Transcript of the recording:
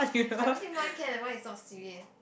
I don't think mine can leh mine is not Siri eh